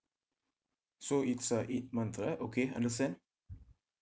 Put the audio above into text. so it's uh eight months ah okay understand